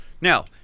Now